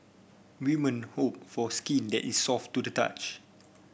women hope for skin that is soft to the touch